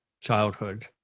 childhood